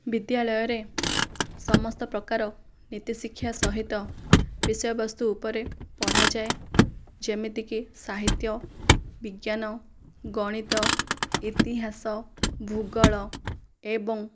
ବିଦ୍ୟାଳୟରେ ସମସ୍ତ ପ୍ରକାର ନୀତିଶିକ୍ଷା ସହିତ ବିଷୟବସ୍ତୁ ଉପରେ ପଢ଼ାଯାଏ ଯେମିତିକି ସାହିତ୍ୟ ବିଜ୍ଞାନ ଗଣିତ ଇତିହାସ ଭୂଗୋଳ ଏବଂ